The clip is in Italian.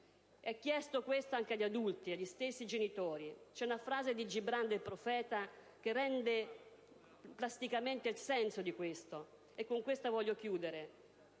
E' chiesto questo anche agli adulti, agli stessi genitori. C'è una frase di Gibran, ne «Il Profeta», che rende plasticamente il senso di questo, e con essa voglio chiudere